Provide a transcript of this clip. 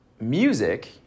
music